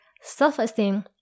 self-esteem